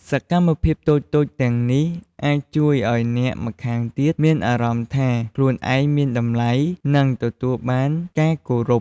សកម្មភាពតូចៗទាំងនេះអាចជួយឱ្យអ្នកម្ខាងទៀតមានអារម្មណ៍ថាខ្លួនឯងមានតម្លៃ និងទទួលបានការគោរព។